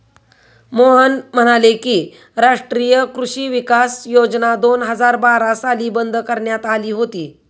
मोहन म्हणाले की, राष्ट्रीय कृषी विकास योजना दोन हजार बारा साली बंद करण्यात आली होती